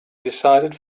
decided